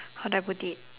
how do I put it